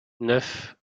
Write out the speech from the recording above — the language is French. neuf